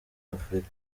afurika